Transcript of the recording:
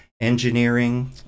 engineering